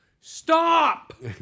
Stop